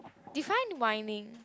define whining